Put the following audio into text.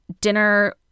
dinner